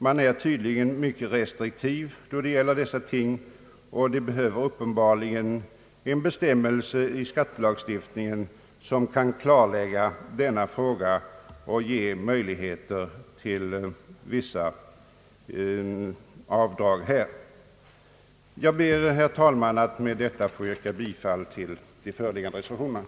Man är tydligen mycket restriktiv vad beträffar dessa ting, och det behövs uppenbarligen en bestämmelse i skattelagstiftningen som kan klarlägga frågan och möjliggöra vissa avdrag. Jag ber, herr talman, att med det anförda få yrka bifall till de föreliggande reservationerna.